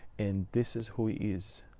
and this is who he is.